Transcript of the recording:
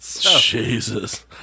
Jesus